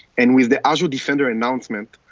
and with the azure defender announcement,